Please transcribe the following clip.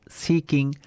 seeking